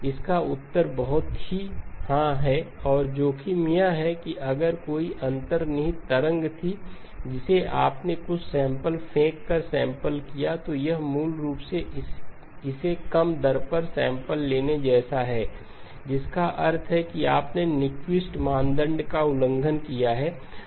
इसका उत्तर बहुत ही हाँ है और जोखिम यह है कि अगर कोई अंतर्निहित तरंग थी जिसे आपने कुछ सैंपल फेंक कर सैंपल किया था तो यह मूल रूप से इसे कम दर पर सैंपल लेने जैसा है जिसका अर्थ है कि आपने न्यूक्विस्ट मानदंड का उल्लंघन किया है